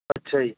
ਅੱਛਾ ਜੀ